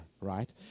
right